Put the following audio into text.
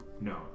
No